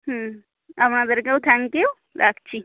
হুম আপনাদেরকেও thank you রাখছি